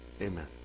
Amen